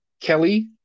Kelly